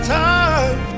time